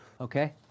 Okay